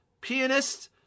pianist